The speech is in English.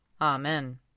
Amen